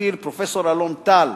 "שתיל"; פרופסור אלון טל,